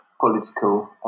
political